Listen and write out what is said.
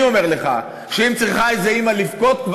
אני אומר לך שאם כבר צריכה איזו אימא לבכות,